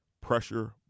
Pressure